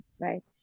right